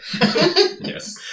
Yes